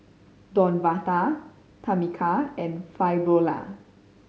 Devonta Tamica and Fabiola